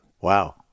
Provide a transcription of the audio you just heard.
Wow